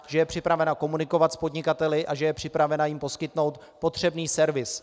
Že je připravena komunikovat s podnikateli a že je připravena jim poskytnout potřebný servis.